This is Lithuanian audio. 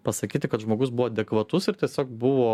pasakyti kad žmogus buvo adekvatus ir tiesiog buvo